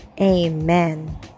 Amen